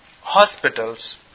hospitals